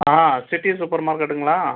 ஆ city super மார்க்கெட்டுங்களா